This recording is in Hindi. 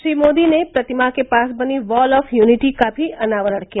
श्री मोदी ने प्रतिमा के पास बनी वेंल ऑफ यूनिटी का भी अनावरण किया